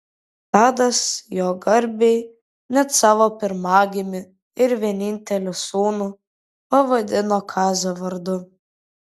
tadas jo garbei net savo pirmagimį ir vienintelį sūnų pavadino kazio vardu